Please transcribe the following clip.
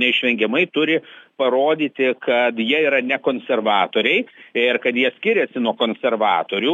neišvengiamai turi parodyti kad jie yra ne konservatoriai ir kad jie skiriasi nuo konservatorių